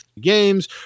games